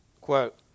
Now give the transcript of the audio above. quote